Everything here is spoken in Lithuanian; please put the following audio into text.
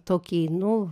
tokį nu